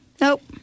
Nope